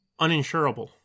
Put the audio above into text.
uninsurable